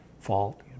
fault